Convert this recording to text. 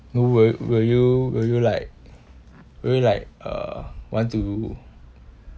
no will will you will you like will you like uh want to